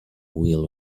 wheel